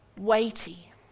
weighty